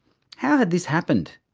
how had this happened?